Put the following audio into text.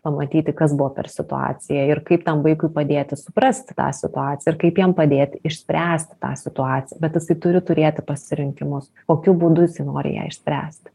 pamatyti kas buvo per situacija ir kaip tam vaikui padėti suprasti tą situaciją ir kaip jam padėti išspręsti tą situaciją bet jisai turi turėti pasirinkimus kokiu būdu jisai nori ją išspręsti